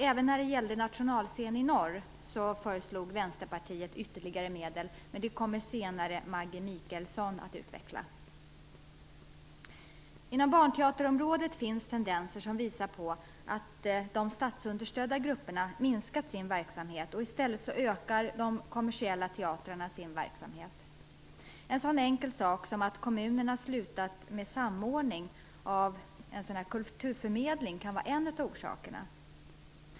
Även när det gällde en nationalscen i norr föreslog Vänsterpartiet ytterligare medel, men det kommer Maggi Mikaelsson att utveckla senare. Inom barnteaterområdet finns tendenser som visar på att de statsunderstödda grupperna minskat sin verksamhet, i stället ökar de kommersiella teatrarna sin verksamhet. En sådan enkel sak som att kommunerna slutat med samordning av en kulturförmedling kan vara en av orsakerna.